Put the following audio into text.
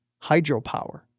hydropower